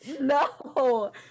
No